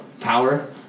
power